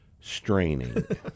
Straining